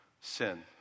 sin